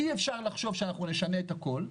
אי אפשר לחשוב שנשנה את הכול,